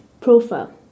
profile